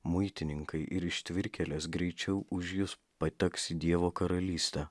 muitininkai ir ištvirkėlės greičiau už jus pateks į dievo karalystę